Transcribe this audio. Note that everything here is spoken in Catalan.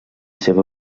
seva